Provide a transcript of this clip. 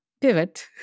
pivot